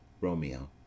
ROMEO